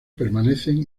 permanecen